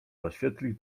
oświetlił